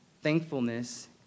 Thankfulness